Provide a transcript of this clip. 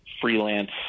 freelance